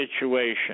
situation